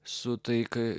su taika